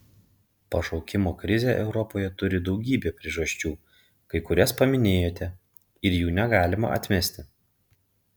pašaukimo krizė europoje turi daugybę priežasčių kai kurias paminėjote ir jų negalima atmesti